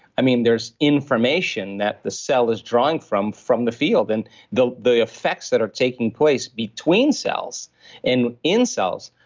i mean, there's information that the cell is drawing from, from the field and the the effects that are taking place between cells and in cells.